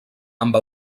amb